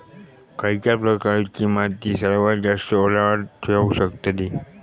खयच्या प्रकारची माती सर्वात जास्त ओलावा ठेवू शकतली?